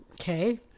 Okay